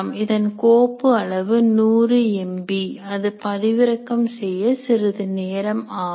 இதன் கோப்பு அளவு 100 MB அது பதிவிறக்கம் செய்ய சிறிது நேரம் ஆகும்